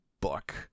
book